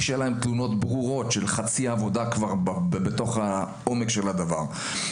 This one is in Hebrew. שיהיו להם תלונות ברורות של חצי עבודה בתוך עומק הדבר.